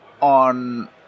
on